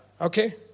Okay